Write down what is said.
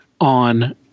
on